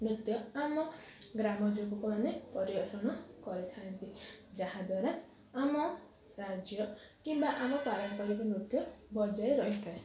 ନୃତ୍ୟ ଆମ ଗ୍ରାମ ଯୁବକମାନେ ପରିବେଷଣ କରିଥାନ୍ତି ଯାହା ଦ୍ୱାରା ଆମ ରାଜ୍ୟ କିମ୍ବା ଆମ ପାରମ୍ପରିକ ନୃତ୍ୟ ବଜାଇ ରହିଥାଏ